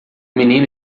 menino